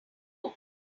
home